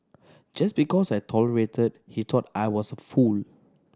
just because I tolerated he thought I was fool